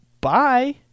bye